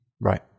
Right